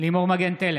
לימור מגן תלם,